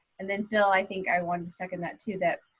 and then phil, i think i wanted to second that too that,